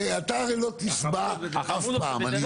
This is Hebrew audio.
אתה לא תשבע אף פעם.